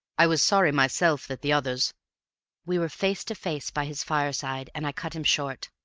i was sorry myself that the others we were face to face by his fireside, and i cut him short.